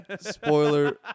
spoiler